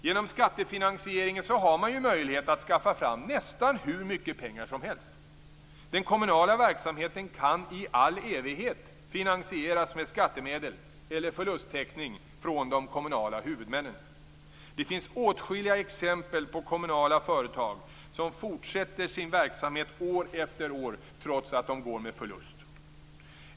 Genom skattefinansieringen har man ju möjlighet att skaffa fram nästan hur mycket pengar som helst. Den kommunala verksamheten kan i all evighet finansieras med skattemedel eller förlusttäckning från de kommunala huvudmännen. Det finns åtskilliga exempel på kommunala företag som fortsätter sin verksamhet år efter år trots att de går med förlust.